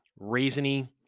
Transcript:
raisiny